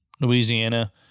Louisiana